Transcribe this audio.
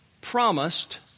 promised